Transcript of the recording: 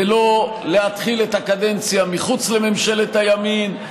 ולא להתחיל את הקדנציה מחוץ לממשלת הימין,